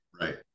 Right